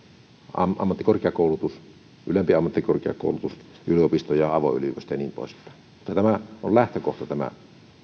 ammattikorkeakoulutus ylempi ammattikorkeakoulutus yliopisto avoin yliopisto ja niin poispäin mutta tämä